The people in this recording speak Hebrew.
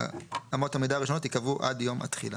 אמות המידה הראשונות ייקבעו עד יום התחילה.